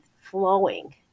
flowing